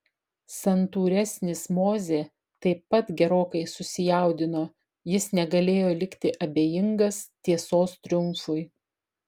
santūresnis mozė taip pat gerokai susijaudino jis negalėjo likti abejingas tiesos triumfui